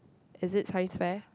is it Science fair